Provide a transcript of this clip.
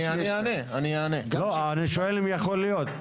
לא יכול להיות.